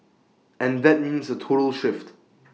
and that means A total shift